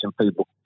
people